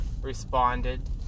responded